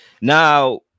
now